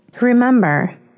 Remember